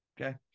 Okay